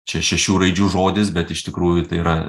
čia šešių raidžių žodis bet iš tikrųjų tai yra